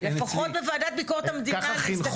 לפחות בוועדת ביקורת המדינה --- לא נעים לי להגיד לך.